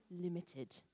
limited